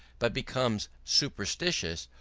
but becomes superstitious,